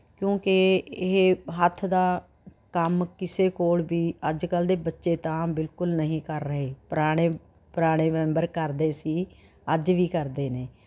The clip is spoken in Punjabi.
ਕਿਉਂਕਿ ਇਹ ਹੱਥ ਦਾ ਕੰਮ ਕਿਸੇ ਕੋਲ ਵੀ ਅੱਜਕਲ ਦੇ ਬੱਚੇ ਤਾਂ ਬਿਲਕੁਲ ਨਹੀਂ ਕਰ ਰਹੇ ਪੁਰਾਣੇ ਪੁਰਾਣੇ ਮੈਂਬਰ ਕਰਦੇ ਸੀ ਅੱਜ ਵੀ ਕਰਦੇ ਨੇ